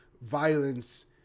violence